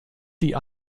die